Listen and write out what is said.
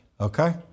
okay